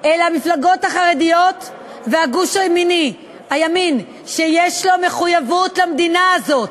אלא המפלגות החרדיות וגוש הימין שיש לו מחויבות למדינה הזאת,